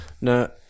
No